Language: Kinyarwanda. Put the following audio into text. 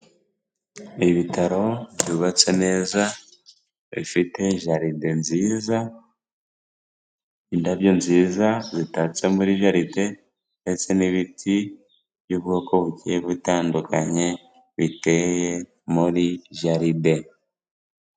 Ibitaro byubatse neza bifite jaride nziza, indabyo nziza zitatse muri jaride ndetse n'ibiti by'ubwoko bugiye butandukanye biteye muri jaride.